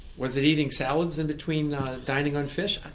was it eating salads in between dining on fish? ah